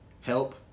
help